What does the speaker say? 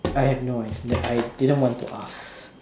I have no idea I didn't want to ask